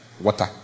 water